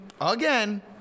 again